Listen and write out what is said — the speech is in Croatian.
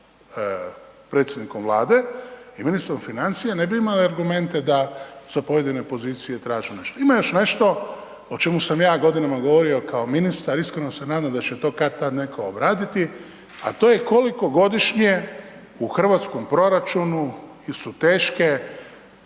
predsjednikom Vlade i ministrom financija, ne bi imale argumente da sa pojedine pozicije traže nešto. Ima još nešto o čemu sam ja godinama govorio kao ministar, iskreno se nadam da će to kad-tad netko obraditi, a to je koliko godišnje u hrvatskom proračunu su teške,